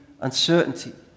uncertainty